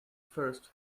first